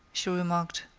she remarked.